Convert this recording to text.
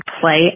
play